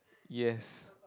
yes